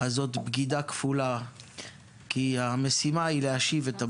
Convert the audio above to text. זאת בגידה כפולה כי המשימה היא להשיב את הבנים.